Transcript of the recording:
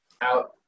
out